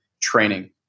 training